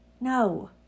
No